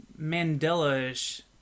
Mandela-ish